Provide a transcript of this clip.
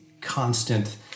constant